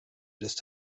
ist